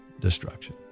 destruction